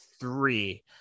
three